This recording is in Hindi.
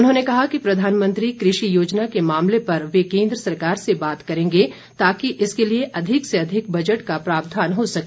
उन्होंने कहा कि प्रधानमंत्री कृषि योजना के मामले पर वे केन्द्र सरकार से बात करेंगे ताकि इसके लिए अधिक से अधिक बजट का प्रावधान हो सके